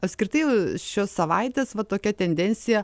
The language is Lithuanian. apskritai šios savaitės va tokia tendencija